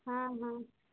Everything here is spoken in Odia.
ହଁ ହଁ